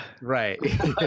Right